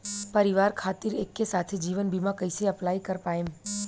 परिवार खातिर एके साथे जीवन बीमा कैसे अप्लाई कर पाएम?